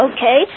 Okay